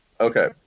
Okay